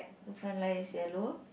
the front light is yellow